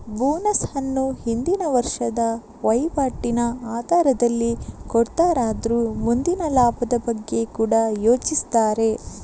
bonus ಅನ್ನು ಹಿಂದಿನ ವರ್ಷದ ವೈವಾಟಿನ ಆಧಾರದಲ್ಲಿ ಕೊಡ್ತಾರಾದ್ರೂ ಮುಂದಿನ ಲಾಭದ ಬಗ್ಗೆ ಕೂಡಾ ಯೋಚಿಸ್ತಾರೆ